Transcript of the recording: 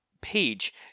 page